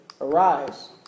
Arise